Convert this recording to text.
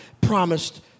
promised